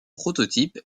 prototype